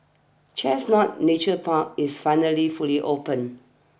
Chestnut Nature Park is finally fully open